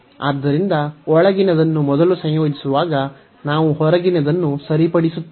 ಆದ್ದರಿಂದ ಒಳಗಿನದನ್ನು ಮೊದಲು ಸಂಯೋಜಿಸುವಾಗ ನಾವು ಹೊರಗಿನದನ್ನು ಸರಿಪಡಿಸುತ್ತೇವೆ